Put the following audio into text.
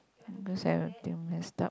cause everything messed up